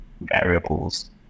variables